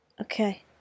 Okay